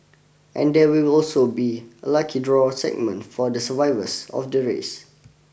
and there will also be a lucky draw segment for the survivors of the race